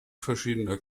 verschiedener